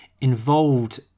involved